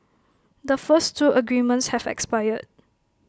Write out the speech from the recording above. the first two agreements have expired